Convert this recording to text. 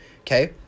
okay